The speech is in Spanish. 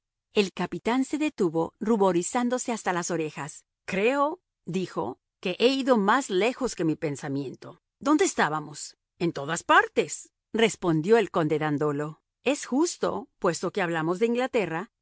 el capitán se detuvo ruborizándose hasta las orejas creo dijo que he ido más lejos que mi pensamiento dónde estábamos en todas partes respondió el conde dandolo es justo puesto que hablamos de inglaterra